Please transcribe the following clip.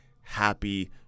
happy